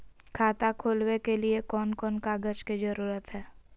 खाता खोलवे के लिए कौन कौन कागज के जरूरत है?